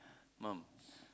mom